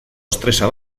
estresa